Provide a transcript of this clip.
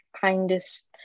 kindest